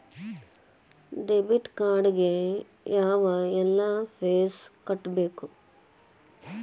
debit card ಗೆ ಯಾವ್ಎಲ್ಲಾ fees ಕಟ್ಬೇಕು